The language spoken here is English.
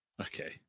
Okay